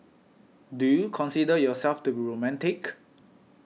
do you consider yourself to a romantic